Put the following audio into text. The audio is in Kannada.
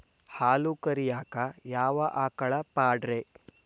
ಹಾಲು ಕರಿಯಾಕ ಯಾವ ಆಕಳ ಪಾಡ್ರೇ?